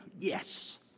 yes